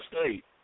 State